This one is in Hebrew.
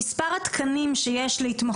מי קובע את מספר התקנים שיש להתמחויות